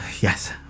Yes